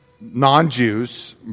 non-Jews